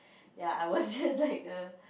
ya I was just like the